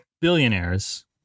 billionaires